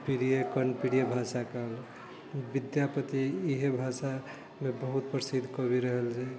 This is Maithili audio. प्रिय कर्ण प्रिय भाषा विद्यापति इहे भाषाके बहुत प्रसिद्ध कवि रहल रहै